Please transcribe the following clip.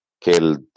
killed